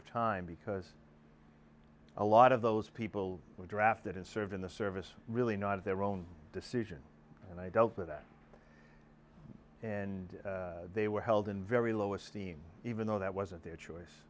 of time because a lot of those people were drafted and served in the service really not of their own decision and i dealt with that and they were held in very low a scene even though that wasn't their choice